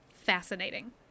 fascinating